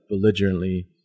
belligerently